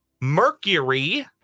Mercury